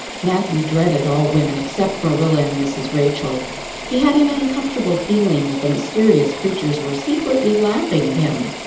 matthew dreaded all women except marilla and mrs. rachel he had an uncomfortable feeling that the mysterious creatures were secretly laughing at him.